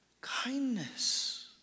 kindness